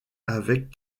avec